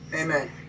amen